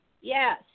Yes